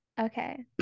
Okay